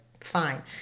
fine